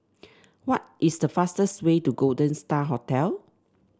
what is the fastest way to Golden Star Hotel